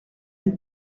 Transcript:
des